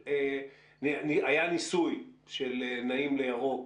היה ניסוי של "נעים לירוק"